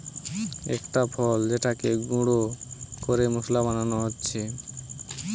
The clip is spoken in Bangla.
একটা ফল যেটাকে গুঁড়ো করে মশলা বানানো হচ্ছে